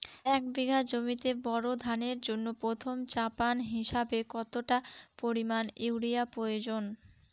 এক বিঘা জমিতে বোরো ধানের জন্য প্রথম চাপান হিসাবে কতটা পরিমাণ ইউরিয়া প্রয়োজন?